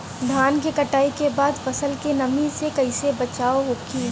धान के कटाई के बाद फसल के नमी से कइसे बचाव होखि?